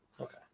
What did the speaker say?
Okay